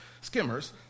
skimmers